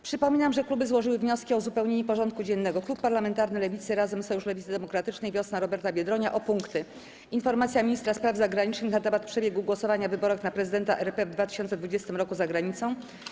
Przypominam, że kluby złożyły wnioski o uzupełnienie porządku dziennego: - Klub Parlamentarny Lewicy (Razem, Sojusz Lewicy Demokratycznej, Wiosna Roberta Biedronia) o punkty: - Informacja Ministra Spraw Zagranicznych na temat przebiegu głosowania w wyborach na Prezydenta RP w 2020 roku za granicą,